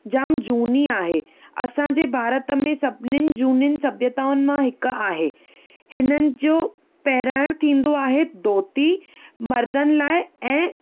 जाम झूनी आहे असां जे भारत में सभिनिन झूनियुनि सभ्यताउनु मां हिक आहे हिननि जो पेराइण थींदो आहे धोती मर्दनि लाइ ऐं